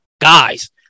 guys